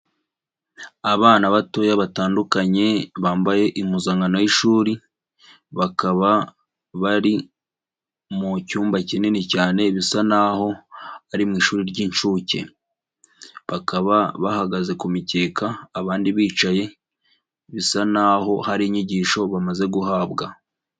Abana batoya batandukanye bambaye impuzankano y'ishuri, bakaba bari mu cyumba kinini cyane bisa naho ari mu ishuri ry'inshuke, bakaba bahagaze ku mikeka abandi bicaye bisa naho hari inyigisho bamaze guhabwa.